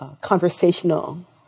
conversational